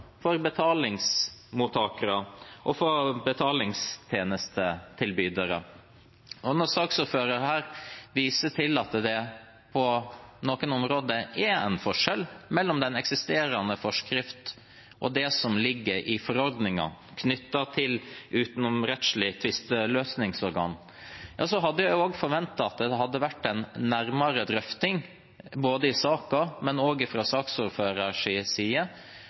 for betalingsmottakere og for betalingstjenestetilbydere. Når saksordføreren her viser til at det på noen områder er en forskjell mellom den eksisterende forskrift og det som ligger i forordningen knyttet til utenomrettslig tvisteløsningsorgan, hadde jeg også forventet at det hadde vært en nærmere drøfting i saken, men også fra saksordførerens side av hvorfor det er fornuftig å innføre dette, og